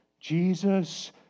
Jesus